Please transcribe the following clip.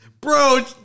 Bro